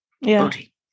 body